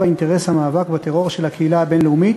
באינטרס המאבק בטרור של הקהילה הבין-לאומית,